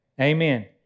Amen